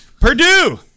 Purdue